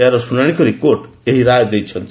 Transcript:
ଏହାର ଶ୍ରଶାଶି କରି କୋର୍ଟ ଏହି ରାୟ ଦେଇଛନ୍ତି